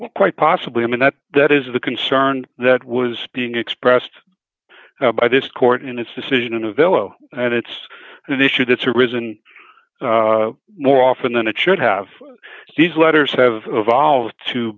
quite possibly i mean that that is the concern that was being expressed by this court and its decision in a villa and it's an issue that's arisen more often than it should have these letters have evolved to